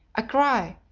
a cry,